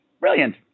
Brilliant